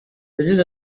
yagize